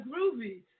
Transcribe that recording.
groovy